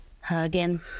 hugging